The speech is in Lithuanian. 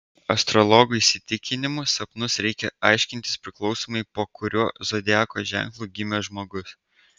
astrologų įsitikinimu sapnus reikia aiškintis priklausomai po kuriuo zodiako ženklu gimęs žmogus